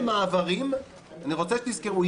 אני רוצה שתזכרו,